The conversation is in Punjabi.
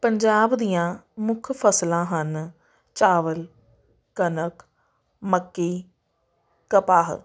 ਪੰਜਾਬ ਦੀਆਂ ਮੁੱਖ ਫਸਲਾਂ ਹਨ ਚਾਵਲ ਕਣਕ ਮੱਕੀ ਕਪਾਹ